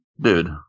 dude